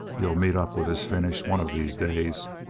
he'll meet up with his finish one of these days.